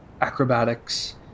acrobatics